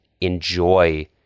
enjoy